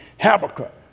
Habakkuk